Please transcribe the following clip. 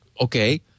okay